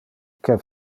que